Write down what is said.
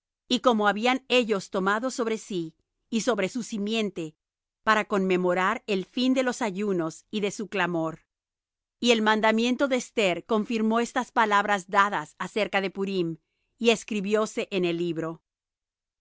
y como habían ellos tomado sobre sí y sobre su simiente para conmemorar el fin de los ayunos y de su clamor y el mandamiento de esther confirmó estas palabras dadas acerca de purim y escribióse en el libro